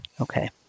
okay